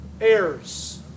Heirs